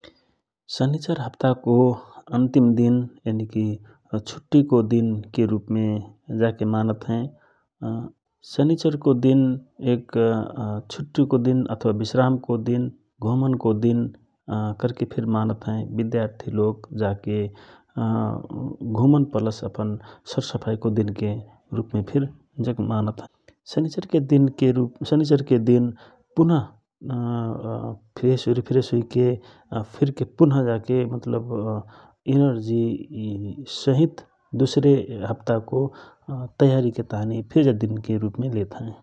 सनिचर हाप्ताको अन्तिम दिन यनिकि छुट्टिको दिन के रूपमे मानत हए । सनिचरको दिन छुट्टिको दिन वश्रामको दिन घुमनको दिन कहिके फिर मानत हए, विद्यार्थिलोग जा के घुमन और सरसफाइको दिनके रूपमे फिर जक मानत हए । शनिचर के दिनके रूपमे हाप्तको शनिचरको दिन रिफ्रेस हुइके फिरके पुहः जाइके इनर्जि सहित दुसरे हाप्ताको दिन के रूपमे फिरलेत हए ।